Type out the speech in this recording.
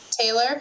Taylor